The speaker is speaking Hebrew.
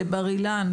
לבר אילן